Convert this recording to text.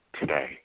today